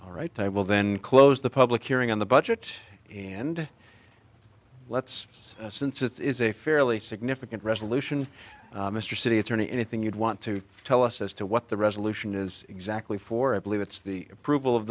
all right i will then close the public hearing on the budget and let's see since it's a fairly significant resolution mr city attorney anything you'd want to tell us as to what the resolution is exactly for i believe it's the approval of